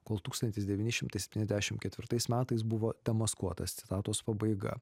kol tūkstantis devyni šimtai septyniasdešimt ketvirtais metais buvo demaskuotas citatos pabaiga